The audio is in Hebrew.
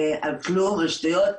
על כלום, על שטויות.